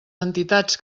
entitats